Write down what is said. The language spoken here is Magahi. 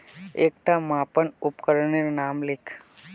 एकटा मापन उपकरनेर नाम लिख?